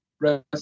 Rest